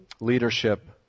leadership